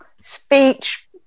speech